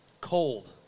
cold